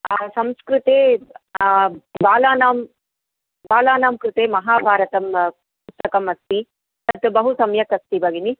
अह संस्कृते बालानां बालानां कृते महाभारतं पुस्तकमस्ति तत् बहु सम्यक् अस्ति भगिनि